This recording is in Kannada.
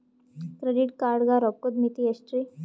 ಕ್ರೆಡಿಟ್ ಕಾರ್ಡ್ ಗ ರೋಕ್ಕದ್ ಮಿತಿ ಎಷ್ಟ್ರಿ?